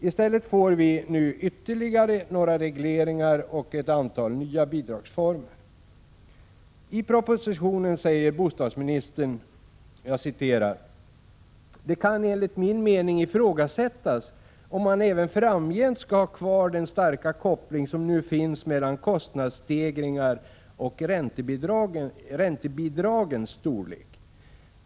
I stället får vi nu ytterligare några regleringar och ett antal nya bidragsformer. I propositionen säger bostadsministern: ”Det kan enligt min mening ifrågasättas om man även framgent skall ha kvar den starka koppling som nu finns mellan kostnadsstegringar och räntebidragens storlek.